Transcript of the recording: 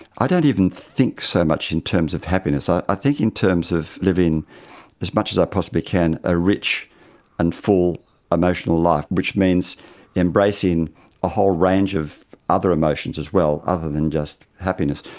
i don't even think so much in terms of happiness, i i think in terms of living as much as i possibly can a rich and full emotional life, which means embracing a whole range of other emotions as well other than just happiness.